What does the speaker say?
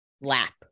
lap